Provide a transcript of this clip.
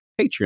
Patreon